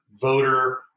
voter